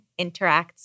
interacts